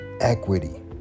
equity